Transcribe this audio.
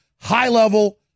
high-level